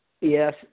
Yes